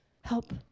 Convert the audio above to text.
Help